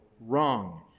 wrong